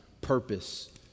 purpose